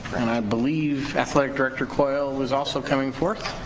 and i believe athletic director coyle was also coming forth.